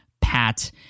pat